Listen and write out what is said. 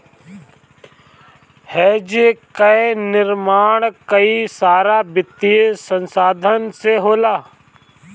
hedge कअ निर्माण कई सारा वित्तीय संसाधन से होला